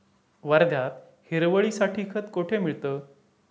वर्ध्यात हिरवळीसाठी खत कोठे मिळतं?